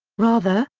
rather,